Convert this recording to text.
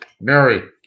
mary